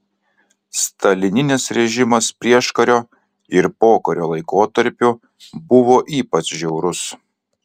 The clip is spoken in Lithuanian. stalininis režimas prieškario ir pokario laikotarpiu buvo ypač žiaurus